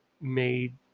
made